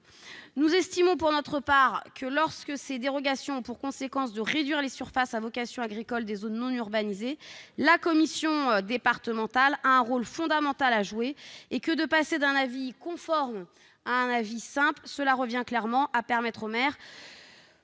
nous estimons que, lorsque ces dérogations ont pour conséquence de réduire les surfaces à vocation agricole des zones non urbanisées, la commission départementale a un rôle fondamental à jouer. En passant d'un avis conforme à un avis simple, on permet clairement aux maires